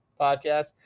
podcast